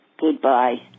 Goodbye